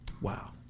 Wow